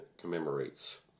commemorates